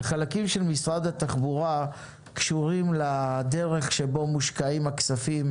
החלקים של משרד התחבורה קשורים לדרך שבה מושקעים הכספים